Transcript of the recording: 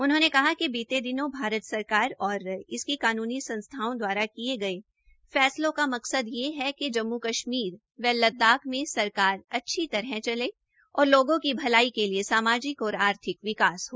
उन्होंने कहा कि बीते दिनों भारत सरकार और इसकी कानूनी संस्थाओं द्वारा किए गए फैसलों का मकसद ये है कि जम्मू कश्मीर व लददाख में सरकार अच्छी तरह चले और लोगों की भलाई के लिए सामाजिक और आर्थिक विकास हो